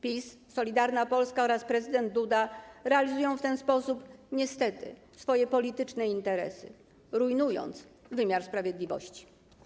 PiS, Solidarna Polska oraz prezydent Duda realizują w ten sposób, niestety, swoje polityczne interesy, rujnując wymiar sprawiedliwości.